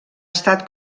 estat